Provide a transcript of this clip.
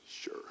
Sure